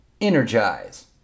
Energize